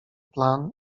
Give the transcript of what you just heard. plan